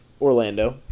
Orlando